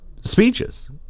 speeches